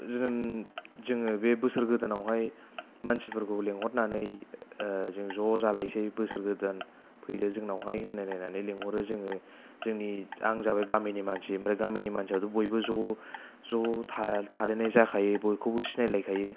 जोङो बे बोसोर गोदानावहाइ मानसिफोरखौ लिंहरनानै जों ज' जालायसै बोसोर गोदान फैदो जोंनावहाय होनलाय लायनानै लिंहरो जोङो जोंनि आं जाबाय गामिनि मानसि ओमफ्राय गामिनि मानसियाथ' बयबो ज' ज' थालायनाय जाखायो बयखौबो सिनायलायखायो